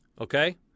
Okay